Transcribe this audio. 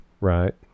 Right